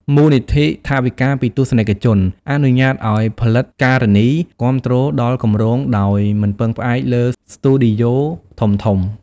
មូលនិធិថវិកាពីទស្សនិកជនអនុញ្ញាតឱ្យផលិតការនីគាំទ្រដល់គម្រោងដោយមិនពឹងផ្អែកលើស្ទូឌីយោធំៗ។